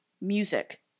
music